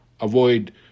avoid